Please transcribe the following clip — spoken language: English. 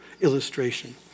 illustration